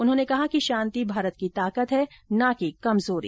उन्होंने कहा कि शांति भारत की ताकत है न कि कमजोरी